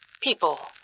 People